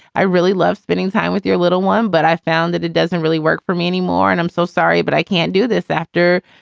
i really love spending time with your little one but i found that it doesn't really work for me anymore. and i'm so sorry, but i can't do this after,